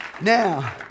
Now